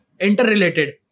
interrelated